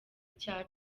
icya